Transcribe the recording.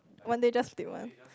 one day just take one